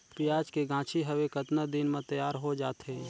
पियाज के गाछी हवे कतना दिन म तैयार हों जा थे?